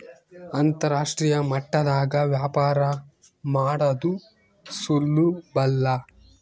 ಅಂತರಾಷ್ಟ್ರೀಯ ಮಟ್ಟದಾಗ ವ್ಯಾಪಾರ ಮಾಡದು ಸುಲುಬಲ್ಲ